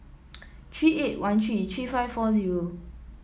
three eight one three three five four zero